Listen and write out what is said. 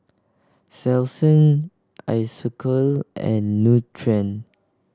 Selsun Isocal and Nutren